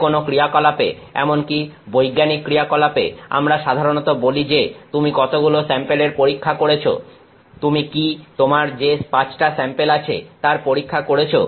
যেকোনো ক্রিয়াকলাপে এমনকি বৈজ্ঞানিক ক্রিয়াকলাপে আমরা সাধারণত বলি যে তুমি কতগুলো স্যাম্পেলের পরীক্ষা করেছ তুমি কি তোমার যে 5 টা স্যাম্পেল আছে তার পরীক্ষা করেছ